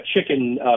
chicken